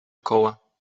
koła